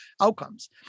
outcomes